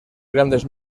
grandes